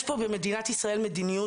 יש פה במדינת ישראל מדיניות